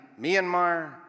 Myanmar –